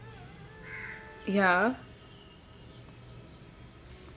yah